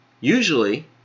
Usually